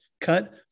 cut